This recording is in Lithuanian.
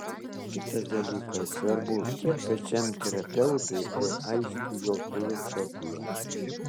kitas dalykas svarbu kiek pačiam terapeutui aiški jo filosofija